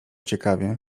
ciekawie